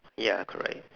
ya correct